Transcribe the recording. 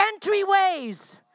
entryways